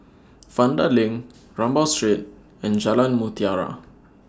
Vanda LINK Rambau Street and Jalan Mutiara